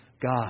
God